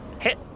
Hit